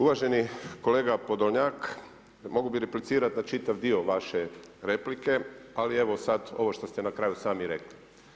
Uvaženi kolega Podolnjak, mogao bih replicirati na čitav dio vaše replike ali evo sad ovo što ste na kraju sami rekli.